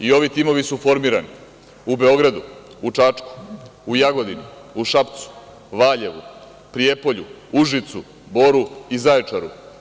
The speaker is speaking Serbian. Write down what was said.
Ovi timovi su formirani u Beogradu, Čačku, Jagodini, Šapcu, Valjevu, Prijepolju, Užicu, Boru i Zaječaru.